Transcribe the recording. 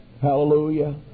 Hallelujah